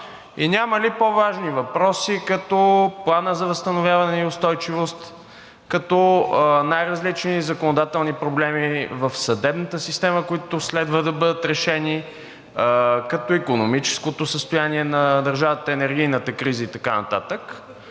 и няма ли по-важни въпроси, като Плана за възстановяване и устойчивост, като най различни законодателни проблеми в съдебната система, които следва да бъдат решени, като икономическото състояние на държавата, енергийната криза и така нататък,